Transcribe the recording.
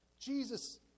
Jesus